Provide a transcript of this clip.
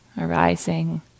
arising